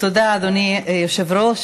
תודה, אדוני היושב-ראש.